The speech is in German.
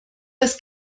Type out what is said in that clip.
das